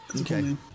okay